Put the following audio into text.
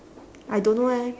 I don't know eh